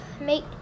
make